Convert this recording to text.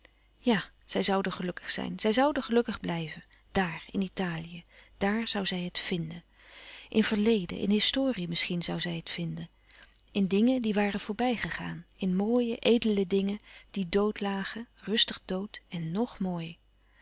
ja zij zouden gelukkig zijn zij zouden gelukkig blijven daar louis couperus van oude menschen de dingen die voorbij gaan in italië daar zoû zij het vnden in verleden in historie misschien zoû zij het vinden in dingen die waren voorbij gegaan in mooie edele dingen die dood lagen rustig dood en ng mooi